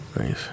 Nice